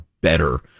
better